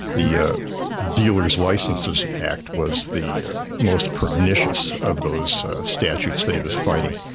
the ah dealers' licences act was the most pernicious of those statutes that he was fighting,